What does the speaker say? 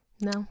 no